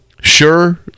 Sure